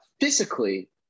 physically